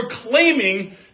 proclaiming